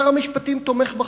שר המשפטים תומך בחוק,